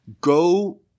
Go